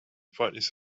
brightness